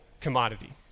commodity